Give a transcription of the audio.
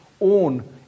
own